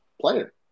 player